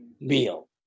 meal